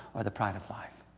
or the pride of life.